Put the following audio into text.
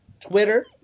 Twitter